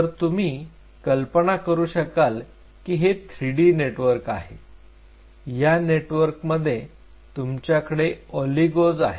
तर तुम्ही कल्पना करू शकाल की हे 3 डी नेटवर्क आहे या नेटवर्क मध्ये तुमच्याकडे ओलिगोज आहेत